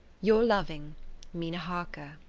your loving mina harker.